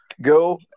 go